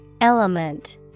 Element